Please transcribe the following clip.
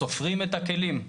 סופרים את הכלים.